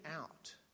out